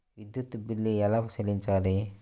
విద్యుత్ బిల్ ఎలా చెల్లించాలి?